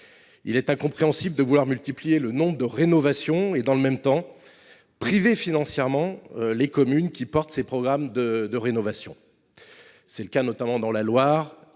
Il est incompréhensible de vouloir multiplier le nombre de rénovations et, dans le même temps, de priver financièrement les communes qui engagent ces programmes de rénovation. C’est le cas de la Loire,